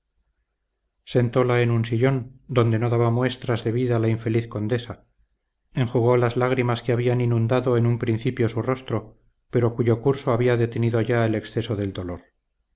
tener sentóla en un sillón donde no daba muestras de vida la infeliz condesa enjugó las lágrimas que habían inundado en un principio su rostro pero cuyo curso había detenido ya el exceso del dolor